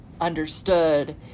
understood